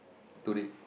today